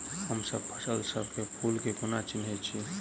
हमसब फसल सब मे फूल केँ कोना चिन्है छी?